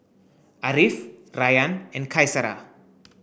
Ariff Rayyan and Qaisara